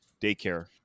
daycare